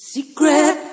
Secret